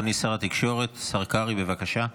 אדוני שר התקשורת, השר קרעי, בבקשה.